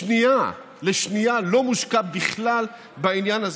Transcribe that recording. לשנייה, לשנייה, לא מושקע בכלל בעניין הזה?